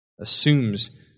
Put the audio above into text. assumes